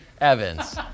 Evans